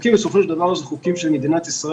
החוקים בסופו של דבר הם חוקים של מדינת ישראל,